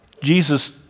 Jesus